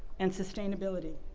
and sustainability.